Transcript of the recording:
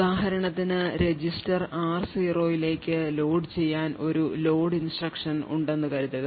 ഉദാഹരണത്തിന് register r0 ലേക്ക് load ചെയ്യാൻ ഒരു load instruction ഉണ്ടെന്നു കരുതുക